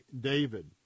David